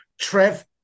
Trev